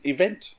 Event